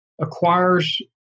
acquires